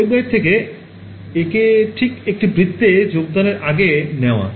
ওয়েবগাইডটি একে একে ঠিক একটি বৃত্তে যোগদানের আগে থেকে নেওয়া